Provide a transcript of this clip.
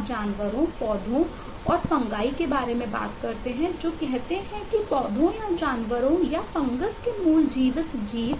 आप फाइलम के मूल जीवित जीव